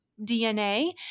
DNA